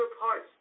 parts